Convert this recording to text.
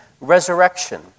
resurrection